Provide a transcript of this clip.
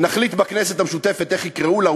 נחליט בכנסת המשותפת איך יקראו לה,